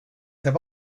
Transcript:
have